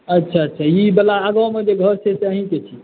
अच्छा अच्छा ई वाला आगाँमे जे घर छी अहींँके छी